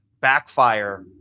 backfire